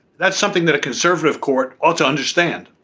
that's something that a conservative court ought to understand.